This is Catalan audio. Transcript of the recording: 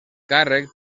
càrrec